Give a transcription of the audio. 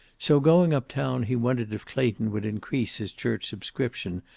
so, going up town, he wondered if clayton would increase his church subscription,